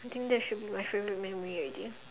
I think should be my favourite memory already